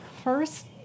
First